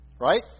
Right